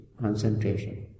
concentration